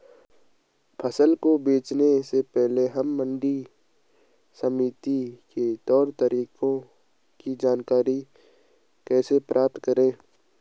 फसल को बेचने से पहले हम मंडी समिति के तौर तरीकों की जानकारी कैसे प्राप्त करें?